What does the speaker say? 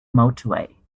motorway